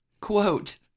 Quote